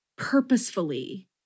purposefully